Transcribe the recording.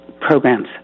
programs